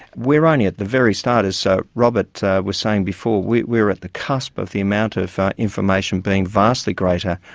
we are only at the very start, as so robert was saying before, we we are at the cusp of the amount of information being vastly greater.